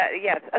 yes